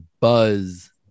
buzz